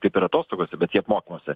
kaip ir atostogose bet jie apmokymuose